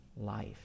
life